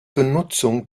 benutzung